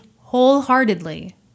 wholeheartedly